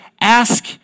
ask